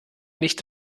nicht